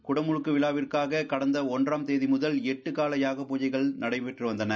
குடமுழக்கு விழாவிற்காக கடந்த ஒன்றம் தேதி முதல் எட்டுகால யாக பூஜை நடைபெற்று வந்தன